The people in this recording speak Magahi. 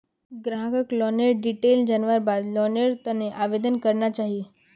ग्राहकक लोनेर डिटेल जनवार बाद लोनेर त न आवेदन करना चाहिए